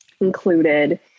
included